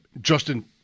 Justin